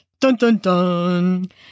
Dun-dun-dun